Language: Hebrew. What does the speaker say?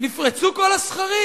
נפרצו כל הסכרים.